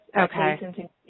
Okay